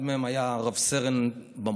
אחד מהם היה רב-סרן במוסד,